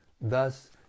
Thus